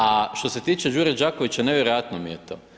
A što se tiče Đure Đakovića nevjerojatno mi je to.